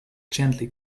gently